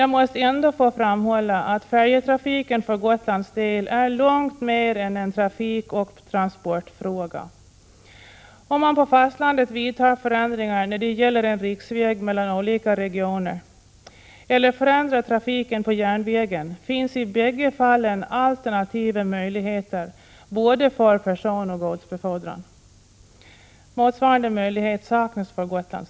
Jag måste ändå framhålla att färjetrafiken för Gotlands del är långt mer än en trafikoch transportfråga. Om man på fastlandet vidtar förändringar när det gäller en riksväg mellan olika regioner eller förändrar trafiken på järnvägen finns det i bägge fallen alternativa möjligheter för både personoch godsbefordran. Motsvarande möjlighet saknas för Gotland.